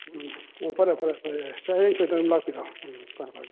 ꯎꯝ ꯑꯣ ꯐꯔꯦ ꯐꯔꯦ ꯐꯔꯦ ꯍꯌꯦꯡ ꯁꯣꯏꯗꯅ ꯂꯥꯛꯄꯤꯔꯣ ꯎꯝ ꯐꯔꯦ ꯐꯔꯦ ꯐꯔꯦ